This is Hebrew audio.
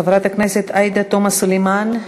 חברת הכנסת עאידה תומא סלימאן,